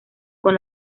con